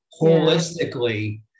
holistically